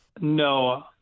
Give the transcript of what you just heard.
No